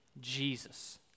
Jesus